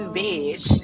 bitch